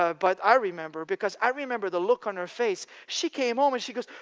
ah but i remember, because i remember the look on her face. she came home and she goes,